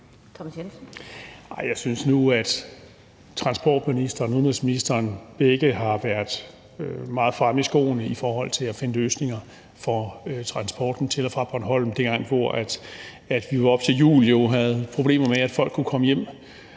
Jeg synes nu, at transportministeren og udenrigsministeren begge har været meget fremme i skoene i forhold til at finde løsninger for transporten til og fra Bornholm. Det går på, at vi jo op til jul havde problemer med, at folk kunne komme hjem